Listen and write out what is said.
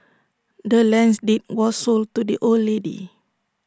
the land's deed was sold to the old lady